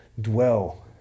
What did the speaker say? dwell